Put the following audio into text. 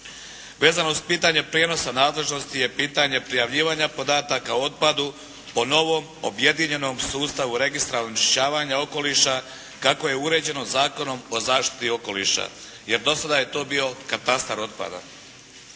Vezano uz pitanje prijenosa nadležnosti je pitanje prijavljivanja podataka o otpadu, o novom objedinjenom sustavu registra onečišćavanja okoliša kako je uređeno Zakonom o zaštiti okoliša, jer do sada je to bio katastar otpada.